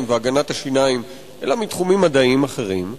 והגנת השיניים אלא מתחומים מדעיים אחרים,